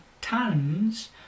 tons